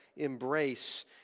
embrace